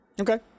Okay